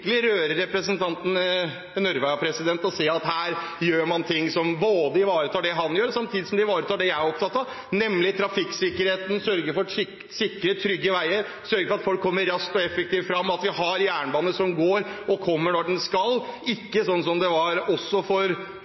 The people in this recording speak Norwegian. virkelig røre representanten Nævra å se at her gjør man ting som ivaretar det han står for, samtidig som det ivaretar det jeg er opptatt av, nemlig trafikksikkerheten, sørge for sikre, trygge veier, sørge for at folk kommer raskt og effektivt fram, at vi har tog som går og kommer når de skal – ikke sånn som det var